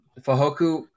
Fahoku